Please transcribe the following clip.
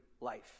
life